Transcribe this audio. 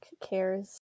cares